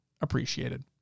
appreciated